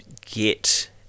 get